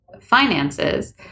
finances